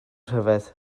rhyfedd